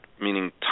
meaning